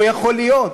לא יכול להיות.